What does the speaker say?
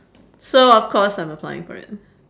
so of course I'm applying for it